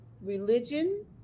religion